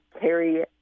carry